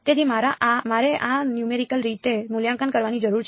તેથી મારે આ નયુમેરિકલ રીતે મૂલ્યાંકન કરવાની જરૂર છે